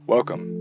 Welcome